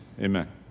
Amen